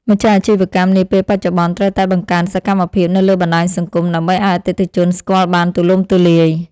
ម្ចាស់អាជីវកម្មនាពេលបច្ចុប្បន្នត្រូវតែបង្កើនសកម្មភាពនៅលើបណ្តាញសង្គម ដើម្បីឱ្យអតិថិជនស្គាល់បានទូលំទូលាយ។